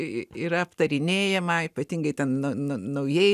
yra aptarinėjama ypatingai ten na na naujai